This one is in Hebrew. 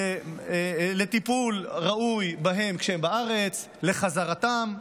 לטיפול ראוי בהם כשהם בארץ, לחזרתם.